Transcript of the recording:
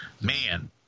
Man